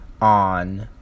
on